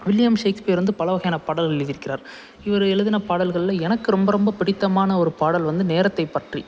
William Shakespeare வந்து பல வகையான பாடல் எழுதியிருக்கிறார் இவர் எழுதின பாடல்களில் எனக்கு ரொம்ப ரொம்ப பிடித்தமான ஒரு பாடல் வந்து நேரத்தை பற்றி